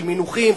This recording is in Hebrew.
של מינוחים,